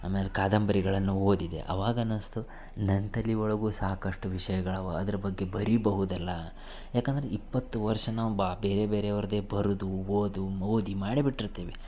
ಆಮೇಲೆ ಕಾದಂಬರಿಗಳನ್ನು ಓದಿದೆ ಅವಾಗ ಅನಿಸ್ತು ನನ್ನ ತಲೆವೊಳಗೂ ಸಾಕಷ್ಟು ವಿಷಯಗಳವ ಅದ್ರ ಬಗ್ಗೆ ಬರೀಬಹುದಲ್ಲ ಏಕಂದರೆ ಇಪ್ಪತ್ತು ವರ್ಷ ನಾವು ಬಾ ಬೇರೆ ಬೇರೆಯವ್ರದ್ದೇ ಬರೆದು ಓದು ಓದಿ ಮಾಡೇ ಬಿಟ್ಟಿರ್ತೀವಿ